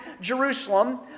Jerusalem